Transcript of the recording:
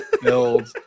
build